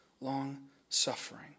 Long-suffering